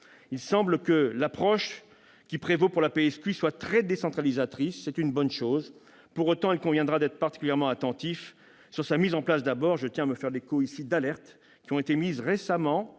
Il semble que l'approche qui prévaut pour la PSQ soit très décentralisatrice. C'est une bonne chose. Pour autant, il conviendra d'être particulièrement attentif. Sur sa mise en place, d'abord, je tiens à me faire l'écho ici d'alertes qui ont été émises récemment.